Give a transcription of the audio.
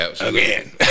Again